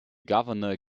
governor